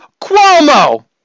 Cuomo